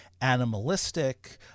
animalistic